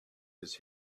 his